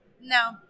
no